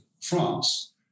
France